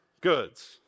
goods